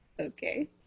Okay